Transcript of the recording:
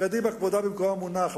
קדימה, כבודה במקומה מונח.